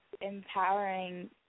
empowering